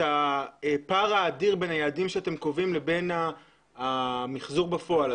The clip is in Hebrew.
את הפער האדיר בין היעדים שאתם קובעים לבין המחזור בפועל,